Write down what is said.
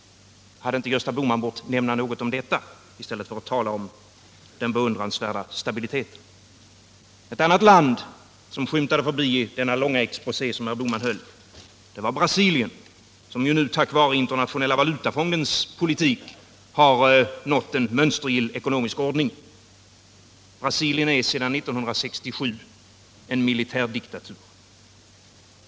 Hade inte Gösta Bohman bort nämna någonting om detta i stället för att tala om den beundransvärda stabiliteten? 4. Ett annat land som skymtade förbi i den långa exposé som herr Bohman höll var Brasilien, som ju nu tack vare Internationella valutafondens politik har nått en mönstergill ekonomisk ordning. Brasilien är sedan 1967 en militärdiktatur.